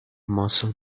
muscle